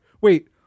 wait